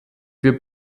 wir